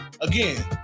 Again